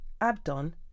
Abdon